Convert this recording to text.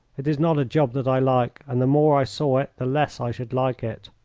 it is not a job that i like, and the more i saw it the less i should like it.